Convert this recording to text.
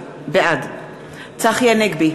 בעד צחי הנגבי,